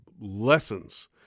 lessons